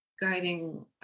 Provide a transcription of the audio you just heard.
guiding